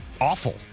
awful